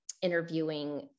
interviewing